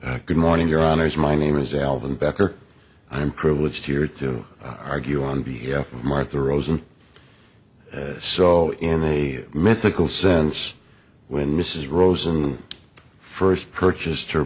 is my name is alvin becker i'm privileged here to argue on behalf of martha rosen so in a mythical sense when mrs rosen first purchased